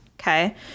okay